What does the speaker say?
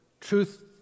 truth